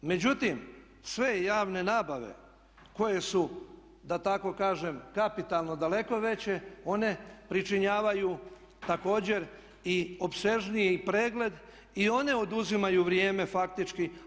Međutim, sve javne nabave koje su da tako kažem kapitalno daleko veće one pričinjavaju također i opsežniji pregled i one oduzimaju vrijeme faktički.